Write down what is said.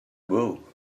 bow